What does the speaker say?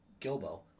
Gilbo